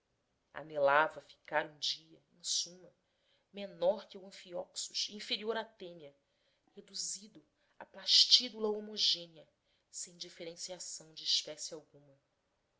anelava ficar um dia em suma menor que o anfióxus e inferior à tênia reduzido à plastídula homogênea sem diferenciação de espécie alguma